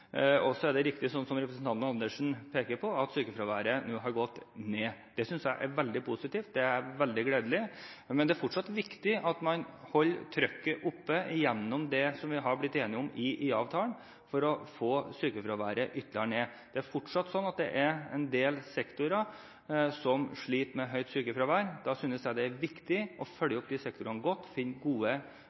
Så er det riktig det som representanten Dag Terje Andersen peker på, at sykefraværet har gått ned. Det synes jeg er veldig positivt – veldig gledelig – men det er fortsatt viktig at man holder trykket oppe gjennom det vi har blitt enige om i IA-avtalen, for å få sykefraværet ytterligere ned. Det er fortsatt en del sektorer som sliter med høyt sykefravær. Jeg synes det er viktig å følge opp disse sektorene godt, finne gode